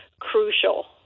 crucial